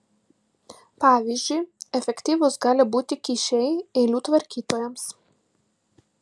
pavyzdžiui efektyvūs gali būti kyšiai eilių tvarkytojams